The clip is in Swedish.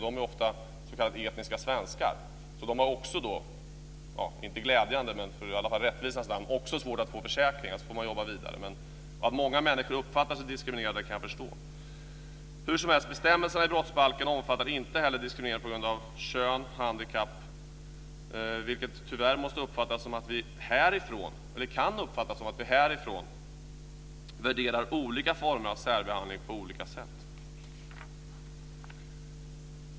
De är ofta s.k. etniska svenskar. De har i rättvisans namn - jag ska inte säga att det är glädjande - också svårt att få försäkringar. Så får man jobba vidare. Men att många människor uppfattar sig som diskriminerade kan jag förstå. Hur som helst omfattar bestämmelserna i brottsbalken inte diskriminering på grund av kön eller handikapp. Det kan tyvärr uppfattas som att vi härifrån värderar olika former av särbehandling på olika sätt.